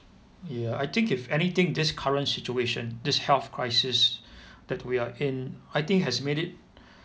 ya I think if anything this current situation this health crisis that we are in I think has made it